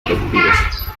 detectives